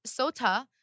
SOTA